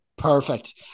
perfect